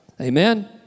Amen